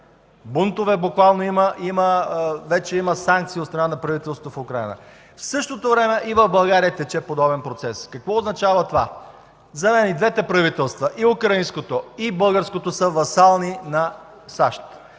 Бунтове буквално има. Вече има санкции от страна на правителството в Украйна. В същото време и в България тече подобен процес. Какво означава това? За мен и двете правителства – и украинското, и българското, са васални на САЩ.